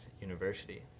university